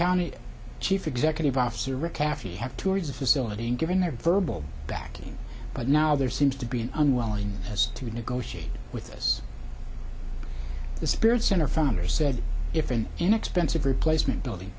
county chief executive officer recap he have toured the facility and given their verbal backing but now there seems to be an unwillingness to negotiate with us the spirit center farmer said if an inexpensive replacement building